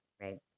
right